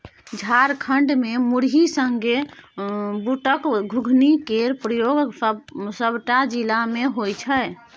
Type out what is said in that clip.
झारखंड मे मुरही संगे बुटक घुघनी केर प्रयोग सबटा जिला मे होइ छै